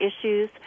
issues